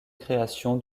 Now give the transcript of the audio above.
création